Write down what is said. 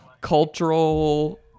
cultural